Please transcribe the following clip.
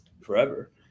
forever